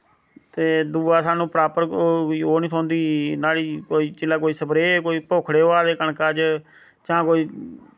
ते दुऐ स्हानू प्रापर ओह् नी थ्होंदी न्हाड़ी कोई जिल्लै कोई स्प्रे कोई पोखड़े होआ दे कनका च जां कोई